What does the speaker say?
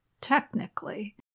technically